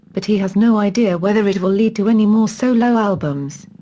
but he has no idea whether it will lead to any more solo albums.